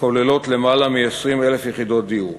הכוללות למעלה מ-20,000 יחידות דיור.